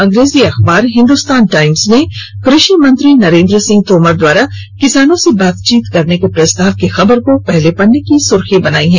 अंग्रेजी अखबार हिंदुस्तान टाइम्स ने कृशि मंत्री नरेन्द्र सिंह तोमर द्वारा किसानों से बातचीत करने के प्रस्ताव की खबर को अपने पहले पन्ने की सुर्खी बनाई है